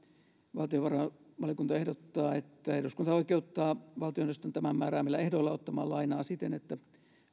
valtiovarainvaliokunta ehdottaa että eduskunta oikeuttaa valtioneuvoston tämän määräämillä ehdoilla ottamaan lainaa siten että